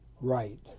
right